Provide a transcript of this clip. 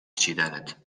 چیدنت